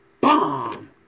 bomb